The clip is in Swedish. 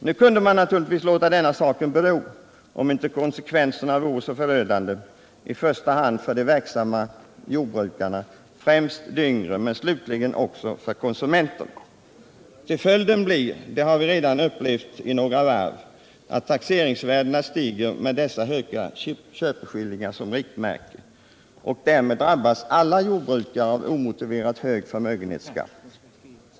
Nu kunde man naturligtvis låta denna sak bero, om inte konsekvenserna vore så förödande, i första hand för de verksamma jordbrukarna —- främst de yngre — men slutligen också för konsumenterna. Ty följderna blir — det har vi redan upplevt i några varv — att taxeringsvärdena stiger med dessa höga köpeskillingar som riktmärke, och därmed drabbas alla jordbrukare av omotiverat hög förmögenhetsskatt.